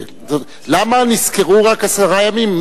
למה נזכרו, רק עשרה ימים?